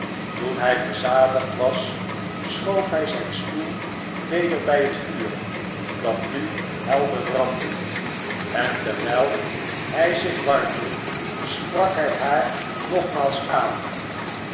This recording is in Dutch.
toen hij verzadigd was schoof hij zijn stoel weder bij het vuur dat nu helder brandde en terwijl hij zich warmde sprak hij haar nogmaals aan